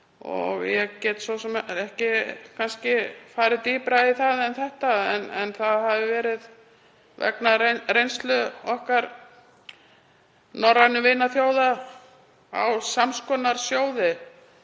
Ég get svo sem ekki farið dýpra í það en þetta; það hafi verið vegna reynslu okkar norrænu vinaþjóða af sams konar sjóði